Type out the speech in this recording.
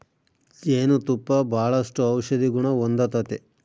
ಜೇನು ತುಪ್ಪ ಬಾಳಷ್ಟು ಔಷದಿಗುಣ ಹೊಂದತತೆ